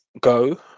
go